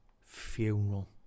funeral